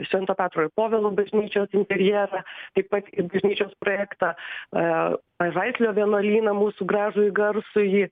švento petro ir povilo bažnyčios interjerą taip pat ir bažnyčios projektą pažaislio vienuolyną mūsų gražųjį garsųjį